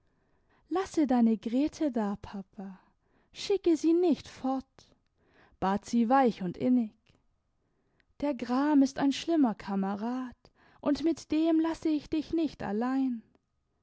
lasse deine grete da papa schicke sie nicht fort bat sie weich und innig der gram ist ein schlimmer kamerad und mit dem lasse ich dich nicht allein